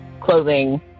clothing